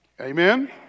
Amen